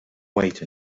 wait